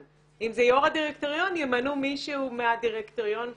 ואם זה יו"ר הדירקטוריון ימנו מישהו מהדירקטוריון שיחליף.